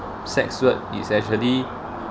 sex work it's actually